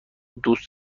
دوست